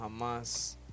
Hamas